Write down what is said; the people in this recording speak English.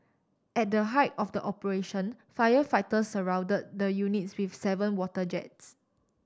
at the height of the operation firefighters surround the units with seven water jets